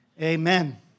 Amen